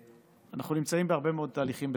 אנחנו נמצאים בהרבה מאוד תהליכים במשרד,